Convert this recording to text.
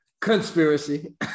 Conspiracy